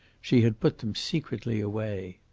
she had put them secretly away.